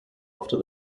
after